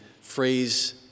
phrase